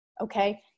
okay